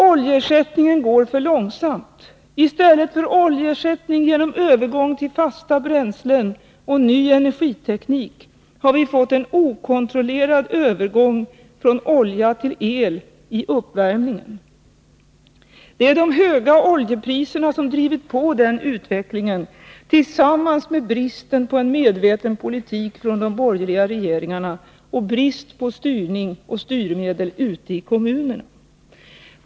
Oljeersättningen går för långsamt. I stället för oljeersättning genom övergång till fasta bränslen och ny energiteknik har vi fått en okontrollerad övergång från olja till el i uppvärmningen. Det är de höga oljepriserna som drivit på den utvecklingen tillsammans med bristen på en medveten politik från de borgerliga regeringarna och brist på styrning och styrmedel ute i kommunerna.